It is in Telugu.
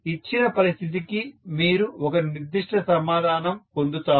ఇచ్చిన పరిస్థితికి మీరు ఒక నిర్దిష్ట సమాధానం పొందుతారు